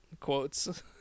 quotes